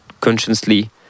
consciously